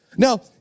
Now